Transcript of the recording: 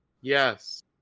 Yes